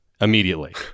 immediately